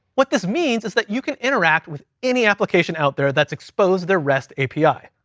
what this means is that you can interact with any application out there that's exposed their rest api.